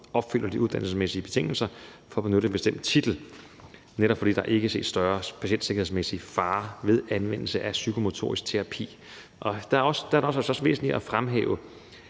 opfylder de uddannelsesmæssige betingelser for at benytte en bestemt titel – netop fordi der ikke ses en større patientsikkerhedsmæssig fare ved anvendelse af psykomotorisk terapi. Der er det altså også væsentligt at fremhæve,